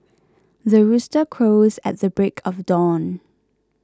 the rooster crows at the break of dawn